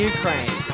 Ukraine